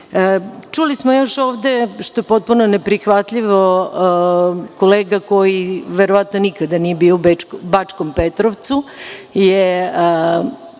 smo još ovde, što je potpuno ne prihvatljivo, kolega koji verovatno nikada nije bio Bačkom Petrovcu je